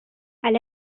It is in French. elle